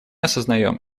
осознаем